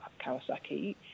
Kawasaki